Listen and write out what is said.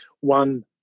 one